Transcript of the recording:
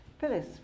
Phyllis